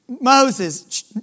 Moses